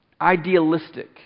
idealistic